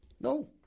No